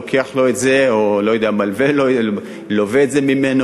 לוקח לו את זה או לווה את זה ממנו,